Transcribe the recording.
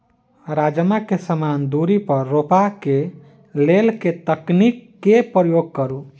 राजमा केँ समान दूरी पर रोपा केँ लेल केँ तकनीक केँ प्रयोग करू?